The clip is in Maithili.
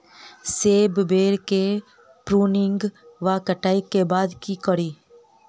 सेब बेर केँ प्रूनिंग वा कटाई केँ बाद की करि?